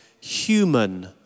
human